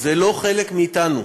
זה לא חלק מאתנו,